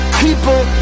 people